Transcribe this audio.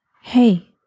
hey